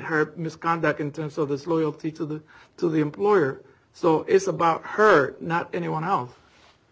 her misconduct in terms of his loyalty to the to the employer so it's about her not anyone else